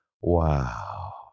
Wow